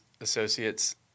associates